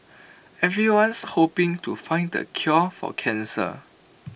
everyone's hoping to find the cure for cancer